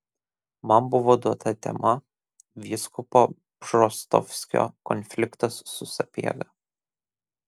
man buvo duota tema vyskupo bžostovskio konfliktas su sapiega